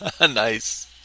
Nice